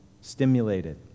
stimulated